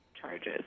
charges